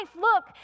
look